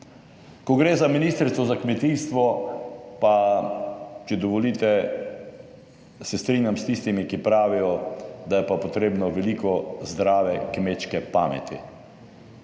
ko gre za ministrico za kmetijstvo, pa če dovolite, se strinjam s tistimi, ki pravijo, da je pa potrebno veliko zdrave kmečke pameti.